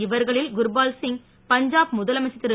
இவர் களில் குர்பால் சிங் பஞ்சாப் முதலமைச்ச ர் தி ரு